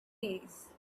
days